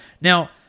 Now